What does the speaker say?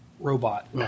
Robot